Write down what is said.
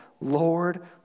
Lord